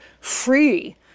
free